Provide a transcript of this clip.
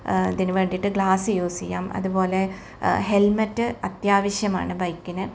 ഇതിന് വേണ്ടിയിട്ട് glass use ചെയ്യാം അതുപോലെ ഹെൽമറ്റ് അത്യാവശ്യമാണ് ബൈക്കിന്